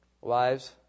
Wives